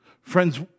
friends